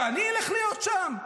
שאני אלך להיות שם?